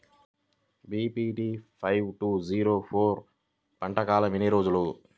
BPT five two zero four పంట కాలంలో ఎన్ని రోజులు?